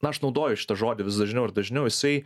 na aš naudoju šitą žodį vis dažniau ir dažniau jisai